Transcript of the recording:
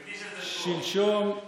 שלשום,